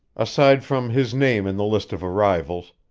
aside from his name in the list of arrivals,